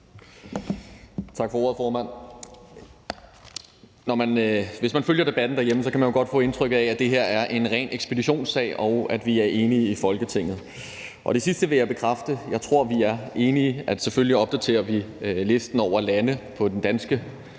Tak for ordet, formand. Hvis man følger debatten derhjemme, kan man jo godt få indtrykket af, at det her er en ren ekspeditionssag, og at vi er enige i Folketinget. Det sidste vil jeg bekræfte. Jeg tror, at vi er enige. Selvfølgelig opdaterer vi listen over lande omfattet af danske